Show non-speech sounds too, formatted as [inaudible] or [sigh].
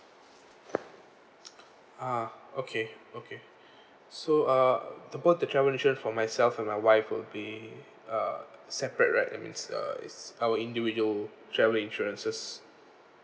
[noise] ah okay okay [breath] so uh about the travel insurance for myself for my wife will be uh separate right and it's uh it's our individual travel insurances